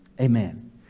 Amen